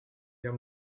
your